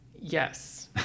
Yes